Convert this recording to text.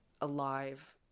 alive